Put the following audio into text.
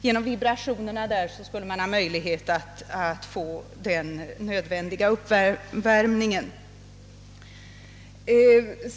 Genom vibrationerna skulle det finnas möjlighet att få till stånd den nödvändiga uppvärmningen.